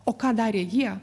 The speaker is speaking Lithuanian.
o ką darė jie